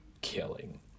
killing